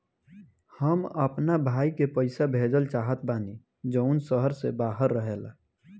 हम अपना भाई के पइसा भेजल चाहत बानी जउन शहर से बाहर रहेला